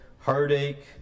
heartache